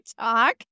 talk